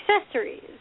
accessories